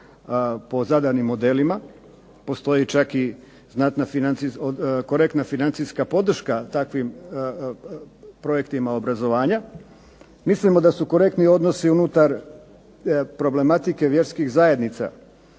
po zadanim modelima. Postoji čak i znatna, korektna financijska podrška takvim projektima obrazovanja. Mislimo da su korektni odnosi unutar problematike vjerskih zajednica,